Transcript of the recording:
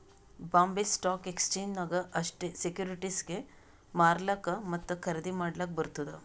Bombay stock exchange ನಾಗ್ ಅಷ್ಟೇ ಸೆಕ್ಯೂರಿಟಿಸ್ಗ್ ಮಾರ್ಲಾಕ್ ಮತ್ತ ಖರ್ದಿ ಮಾಡ್ಲಕ್ ಬರ್ತುದ್